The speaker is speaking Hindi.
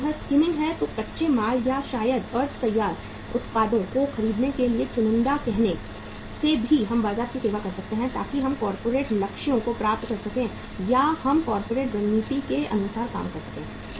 अगर यह स्किमिंग है तो कच्चे माल या शायद अर्द्ध तैयार उत्पादों को खरीदने के लिए चुनिंदा कहने से भी हम बाजार की सेवा कर सकते हैं ताकि हम कॉर्पोरेट लक्ष्यों को प्राप्त कर सकें या हम कॉर्पोरेट रणनीति के अनुसार काम कर सकें